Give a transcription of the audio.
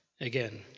again